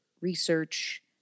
research